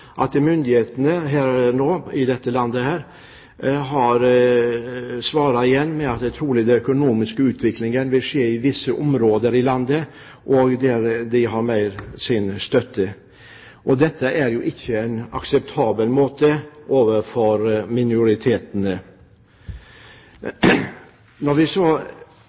at myndighetene i landet nå igjen har svart at den økonomiske utviklingen trolig vil skje i visse områder i landet hvor de har mer støtte. Dette er jo ikke akseptabelt for minoritetene. Når vi